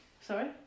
Sorry